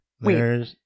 Wait